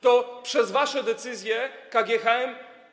To przez wasze decyzje KGHM.